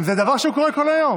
הזכות שנתונה לכם,